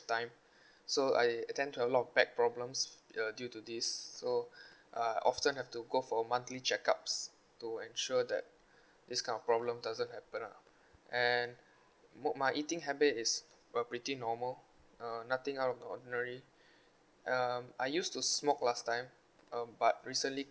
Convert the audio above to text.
time so I intend to a lot of back problems uh due to this so uh often have to go for monthly checkups to ensure that this kind of problem doesn't happen lah and my eating habit is uh pretty normal uh nothing out of the ordinary um I used to smoke last time um but recently